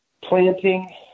planting